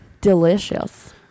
Delicious